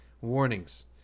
Warnings